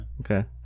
Okay